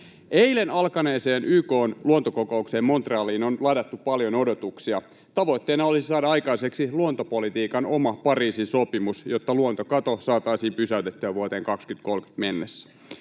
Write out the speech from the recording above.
Eilen alkaneeseen YK:n luontokokoukseen Montrealiin on ladattu paljon odotuksia. Tavoitteena olisi saada aikaiseksi luontopolitiikan oma Pariisin sopimus, jotta luontokato saataisiin pysäytettyä vuoteen 2030 mennessä.